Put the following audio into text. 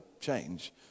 change